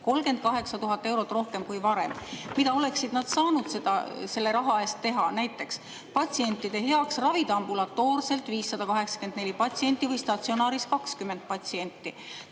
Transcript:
38 000 eurot rohkem kui varem. Mida oleksid nad saanud selle raha eest teha patsientide heaks? Ravida ambulatoorselt 584 patsienti või statsionaaris 20 patsienti,